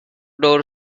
door